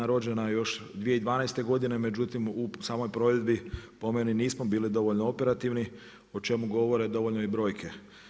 Rođena je još 2012. godine, međutim u samoj provedbi po meni nismo bili dovoljno operativni o čemu govore dovoljno i brojke.